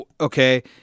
okay